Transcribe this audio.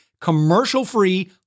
commercial-free